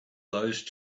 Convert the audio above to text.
those